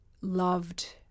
loved